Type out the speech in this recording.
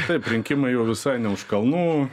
taip rinkimai jau visai ne už kalnų